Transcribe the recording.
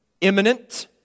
imminent